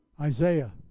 Isaiah